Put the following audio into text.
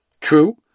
true